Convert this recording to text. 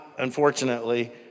Unfortunately